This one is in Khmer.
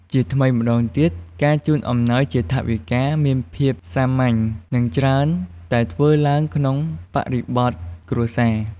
ជាថ្មីម្ដងទៀត ការជូនអំណោយជាថវិកាមានភាពសាមញ្ញ និងច្រើនតែធ្វើឡើងក្នុងបរិបទគ្រួសារ។